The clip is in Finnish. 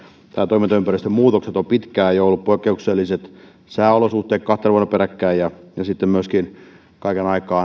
toimintaympäristön muutokset ovat jo pitkään olleet poikkeukselliset sääolosuhteet kahtena vuonna peräkkäin ja sitten myöskin tuotantopanosten kallistuminen kaiken aikaa